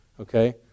okay